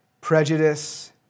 prejudice